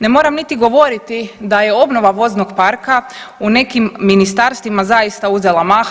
Ne moram niti govoriti da je obnova voznog parka u nekim ministarstvima zaista uzela maha.